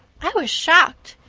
i was shocked.